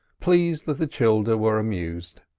pleased that the childer were amused.